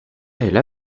elle